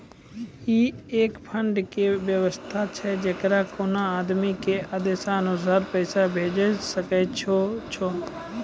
ई एक फंड के वयवस्था छै जैकरा कोनो आदमी के आदेशानुसार पैसा भेजै सकै छौ छै?